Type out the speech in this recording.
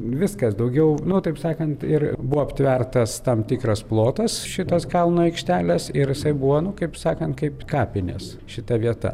viskas daugiau nu taip sakant ir buvo aptvertas tam tikras plotas šitos kalno aikštelės ir jisai buvo nu kaip sakant kaip kapinės šita vieta